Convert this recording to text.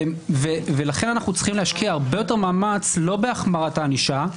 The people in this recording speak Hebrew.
אנחנו צריכים להשקיע הרבה יותר מאמץ לא בהחמרת הענישה.